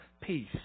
peace